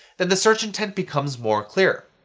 then the search intent becomes more clear.